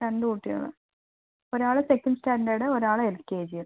രണ്ട് കുട്ടികൾ ഒരാൾ സെക്കൻഡ് സ്റ്റാൻഡേർഡ് ഒരാൾ എൽ കെ ജിയിൽ